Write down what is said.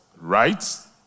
rights